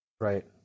Right